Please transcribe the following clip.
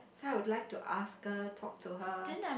so I would like to ask her talk to her